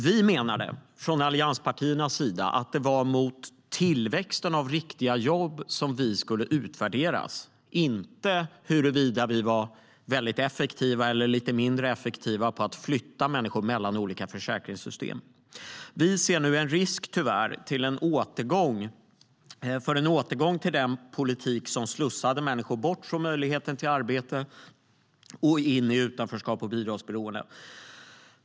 Vi från allianspartierna menade att det var utifrån tillväxten av riktiga jobb som vi skulle utvärderas, inte huruvida vi var väldigt effektiva eller lite mindre effektiva på att flytta människor mellan olika försäkringssystem. Tyvärr ser vi nu en risk för en återgång till den politik som slussade människor bort från möjligheten till arbete och in i utanförskap och bidragsberoende.